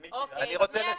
מיקי --- שנייה,